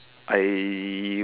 I